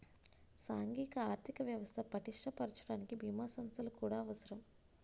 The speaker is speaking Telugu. సాంఘిక ఆర్థిక వ్యవస్థ పటిష్ట పరచడానికి బీమా సంస్థలు కూడా అవసరం